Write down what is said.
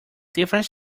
different